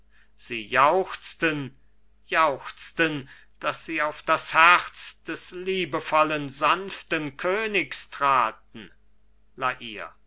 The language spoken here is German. sie jauchzten jauchzten daß sie auf das herz des liebevollen sanften königs traten la